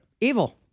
Evil